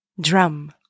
drum